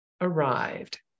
arrived